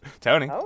Tony